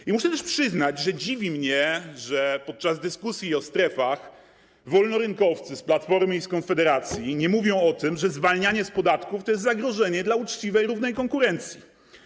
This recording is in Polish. I muszę też przyznać, że dziwi mnie, że podczas dyskusji o strefach wolnorynkowcy z Platformy i z Konfederacji nie mówią o tym, że zwalnianie z podatków to jest zagrożenie dla uczciwej, równej konkurencji.